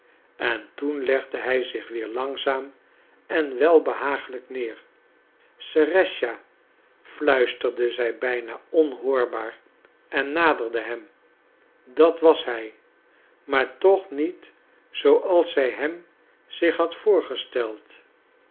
en toen legde hij zich weer langzaam en welbehagelijk neer serëscha fluisterde zij bijna onhoorbaar en naderde hem dat was hij maar toch niet zooals zij hem zich had voorgesteld